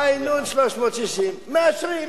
ענ/360, מאשרים.